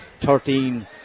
13